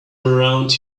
around